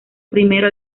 primero